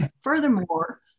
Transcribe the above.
Furthermore